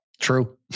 True